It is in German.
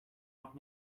noch